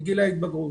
לגיל ההתבגרות.